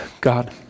God